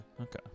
Okay